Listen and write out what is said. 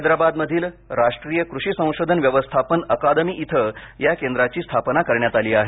हैदराबादमधील राष्ट्रीय कृषी संशोधन व्यवस्थापन अकादमी इथं या केंद्राची स्थापना करण्यात आली आहे